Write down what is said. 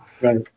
Right